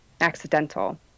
accidental